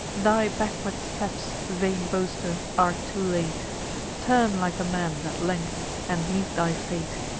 thy backward steps, vain boaster, are too late turn like a man, at length, and meet thy fate.